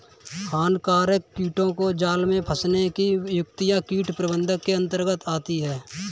हानिकारक कीटों को जाल में फंसने की युक्तियां कीट प्रबंधन के अंतर्गत आती है